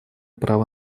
права